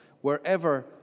wherever